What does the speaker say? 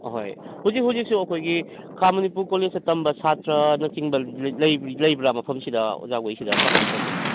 ꯑꯍꯣꯏ ꯍꯨꯖꯤꯛ ꯍꯨꯖꯤꯛꯁꯨ ꯑꯩꯈꯣꯏꯒꯤ ꯈꯥ ꯃꯅꯤꯄꯨꯔ ꯀꯣꯂꯦꯖꯇ ꯇꯝꯕ ꯁꯥꯇ꯭ꯔꯅꯆꯤꯡꯕ ꯂꯩꯕ꯭ꯔꯥ ꯃꯐꯝꯁꯤꯗ ꯑꯣꯖꯥꯍꯣꯏꯁꯤꯗ ꯀꯃꯥꯏꯅ ꯇꯧꯒꯦ